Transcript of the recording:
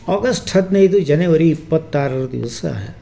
August ಹದಿನೈದು ಜನವರಿ ಇಪ್ಪತ್ತಾರರ ದಿವಸ